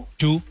Two